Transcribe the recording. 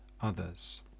others